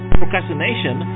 procrastination